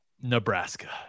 Nebraska